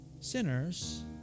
sinners